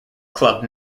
club